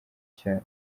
cya